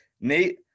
Nate